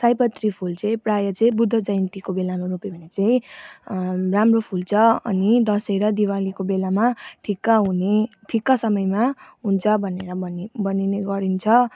सयपत्री फुल चाहिँ प्रायः चाहिँ बुद्ध जयन्तीको बेलामा रोप्यो भने चाहिँ राम्रो फुल्छ अनि दसैँ र दिवालीको बेलामा ठिक्क हुने ठिक्क समयमा हुन्छ भनेर भनि भनिने गरिन्छ